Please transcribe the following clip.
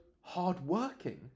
hardworking